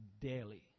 daily